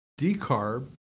decarb